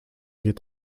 geht